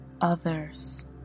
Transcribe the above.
others